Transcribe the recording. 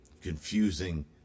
Confusing